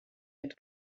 had